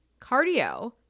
Cardio